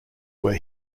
were